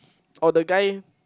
or the guy